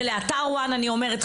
ולאתר "one" אני אומרת,